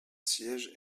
siège